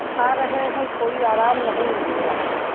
खा रहे हैं कोई आराम नहीं मिल रहा है